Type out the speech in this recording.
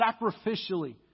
sacrificially